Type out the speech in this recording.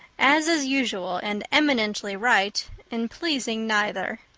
as is usual and eminently right, in pleasing neither.